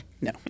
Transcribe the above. No